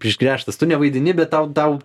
išgręžtas tu nevaidini bet tau tau